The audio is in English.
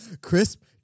Crisp